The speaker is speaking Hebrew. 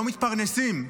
לא מתפרנסים.